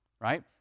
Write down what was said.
Right